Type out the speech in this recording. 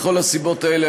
מכל הסיבות האלה,